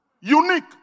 Unique